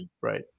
right